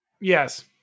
Yes